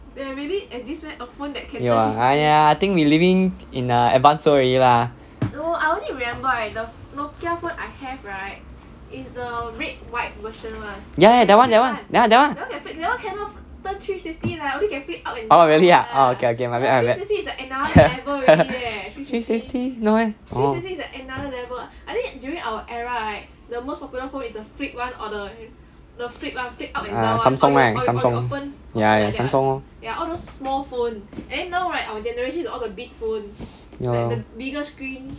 有 ah !aiya! I think we living in the advance world already lah ya ya that one that one ya that one oh really ah oh okay okay my bad my bad three sixty no meh oh ah Samsung right Samsung ya Samsung lor ya lor